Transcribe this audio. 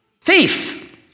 Thief